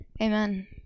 Amen